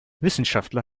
wissenschaftler